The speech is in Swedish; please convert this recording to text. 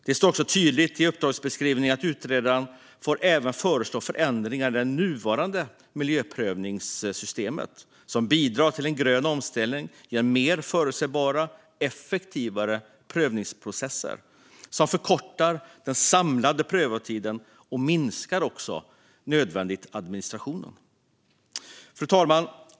Det står också tydligt i uppdragsbeskrivningen att utredaren även får föreslå förändringar i det nuvarande miljöprövningssystemet som bidrar till en grön omställning genom mer förutsägbara och effektivare prövningsprocesser, som förkortar den samlade prövningstiden och minskar nödvändig administration. Fru talman!